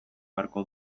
beharko